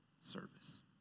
service